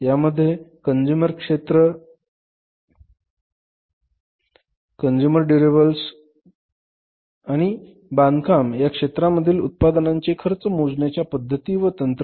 यामध्ये कंझ्युमर क्षेत्र consumer durables क्षेत्र ऑटोमोबाइल क्षेत्र आणि बांधकाम या क्षेत्रांमधील उत्पादनांचे खर्च मोजण्याच्या पद्धती व तंत्र आहेत